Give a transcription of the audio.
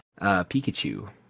Pikachu